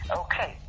okay